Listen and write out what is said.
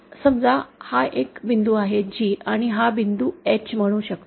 समजा हा एक बिंदू आहे G आणि हा बिंदू H म्हणू शकतो